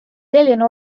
selline